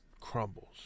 crumbles